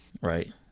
Right